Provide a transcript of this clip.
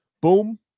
boom